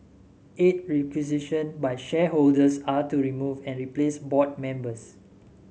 eight requisitioned by shareholders are to remove and replace board members